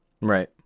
Right